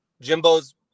Jimbo's